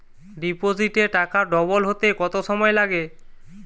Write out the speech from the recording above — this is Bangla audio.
ডিপোজিটে টাকা ডবল হতে কত সময় লাগে?